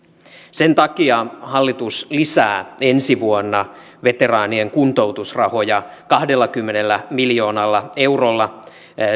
sen takia hallitus lisää ensi vuonna veteraanien kuntoutusrahoja kahdellakymmenellä miljoonalla eurolla viidellätoista miljoonalla